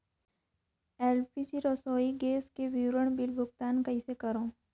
LPG रसोई gas के विवरण बिल भुगतान कइसे करों?